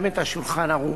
גם את ה"שולחן ערוך"